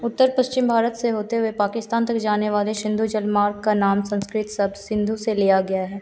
उत्तर पश्चिम भारत से होते हुए पाकिस्तान तक जाने वाले शिंधु जलमार्ग का नाम संस्कृत शब्द सिंधु से लिया गया है